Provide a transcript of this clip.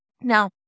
Now